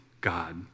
God